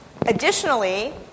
Additionally